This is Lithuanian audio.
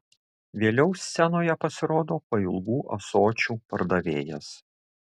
vėliau scenoje pasirodo pailgų ąsočių pardavėjas